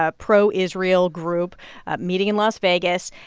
ah pro-israel group meeting in las vegas.